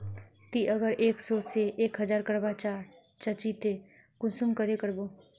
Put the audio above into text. ती अगर एक सो से एक हजार करवा चाँ चची ते कुंसम करे करबो?